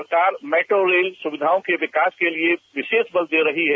सरकार metro rail सुविधाओं के विकास के लिए विशेष बल दे रही है